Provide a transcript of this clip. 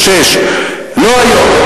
ב-1996, לא היום.